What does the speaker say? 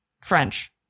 French